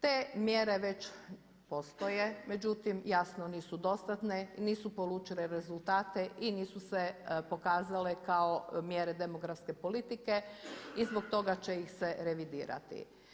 Te mjere već postoje, međutim jasno nisu dostatne i nisu polučile rezultate i nisu se pokazale kao mjere demografske politike i zbog toga će ih se revidirati.